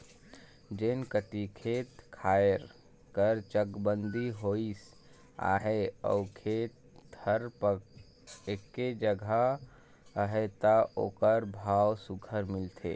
जेन कती खेत खाएर कर चकबंदी होइस अहे अउ खेत हर एके जगहा अहे ता ओकर भाव सुग्घर मिलथे